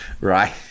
right